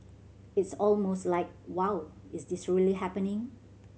it's almost like Wow is this really happening